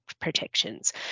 protections